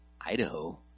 Idaho